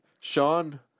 Sean